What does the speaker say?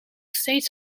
steeds